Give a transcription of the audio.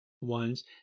ones